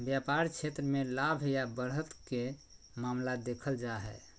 व्यापार क्षेत्र मे लाभ या बढ़त के मामला देखल जा हय